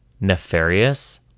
nefarious